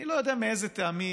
אני לא יודע מאיזה טעמים,